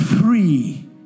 free